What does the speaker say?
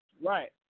Right